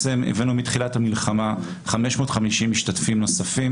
מתחילת המלחמה הבאנו 550 משתתפים נוספים